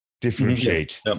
differentiate